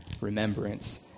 remembrance